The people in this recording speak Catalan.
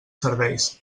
serveis